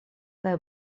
kaj